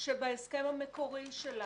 שבהסכם המקורי שלנו,